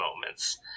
moments